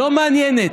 לא מעניינת.